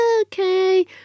okay